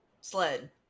sled